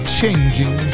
changing